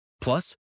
Plus